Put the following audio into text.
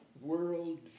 world